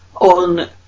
on